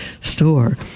store